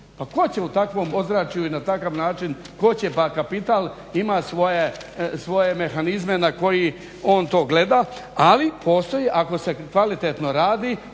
Pa tko će u takvom ozračju i na takav način tko će, pa kapital ima svoje mehanizme na koji on to gleda ali postoji ako se kvalitetno radi